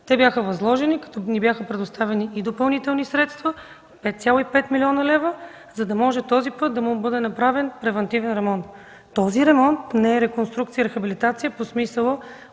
Те бяха възложени, като ни бяха предоставени и допълнителни средства – 5,5 млн. лв., за да може на този път да бъде направен превантивен ремонт. Този ремонт не е в смисъла на реконструкция и рехабилитация на